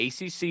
ACC